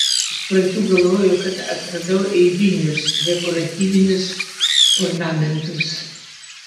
iš pradžių galvojau kad atradau eilinius dekoratyvinius ornamentus